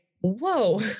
Whoa